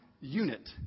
unit